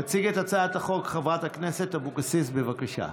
תציג את הצעת החוק חברת הכנסת אבקסיס, בבקשה.